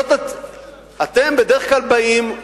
אתם בדרך כלל באים,